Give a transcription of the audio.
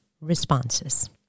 responses